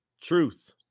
truth